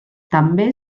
també